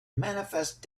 manifest